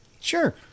Sure